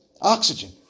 oxygen